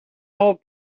old